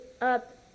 up